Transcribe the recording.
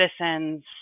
citizens